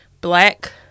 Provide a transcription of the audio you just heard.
black